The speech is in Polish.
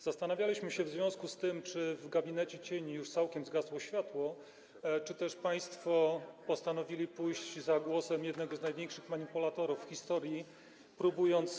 Zastanawialiśmy się w związku z tym, czy w gabinecie cieni już całkiem zgasło światło, czy też państwo postanowili pójść za głosem jednego z największych manipulatorów w historii, próbując.